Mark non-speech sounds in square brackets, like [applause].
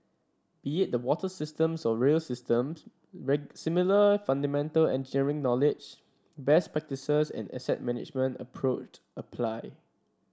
be it the water systems or rail systems [unintelligible] similar fundamental engineering knowledge best practices and asset management approached apply